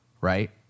right